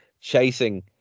chasing